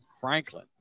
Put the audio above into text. Franklin